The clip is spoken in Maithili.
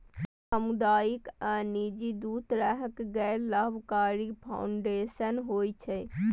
सामुदायिक आ निजी, दू तरहक गैर लाभकारी फाउंडेशन होइ छै